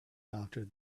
after